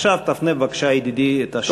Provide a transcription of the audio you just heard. עכשיו תפנה בבקשה, ידידי, את השאלה לכבוד השר.